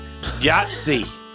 Yahtzee